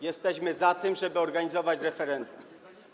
Jesteśmy za tym, żeby organizować referenda.